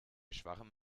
schwachem